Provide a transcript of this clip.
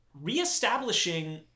reestablishing